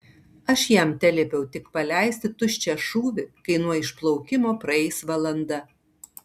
aš jam teliepiau tik paleisti tuščią šūvį kai nuo išplaukimo praeis valanda